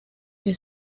que